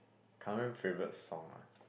current favourite song ah